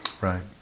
Right